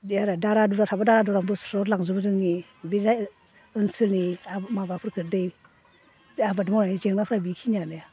बिदि आरो दारा दुरा थाब्ला दारा दुरानिफ्राय स्रद लांजुबो जोंनि बे जाय ओनसोलनि माबाफोरखो दै आबाद मावनाय जेंनाफोरा बिखिनायानो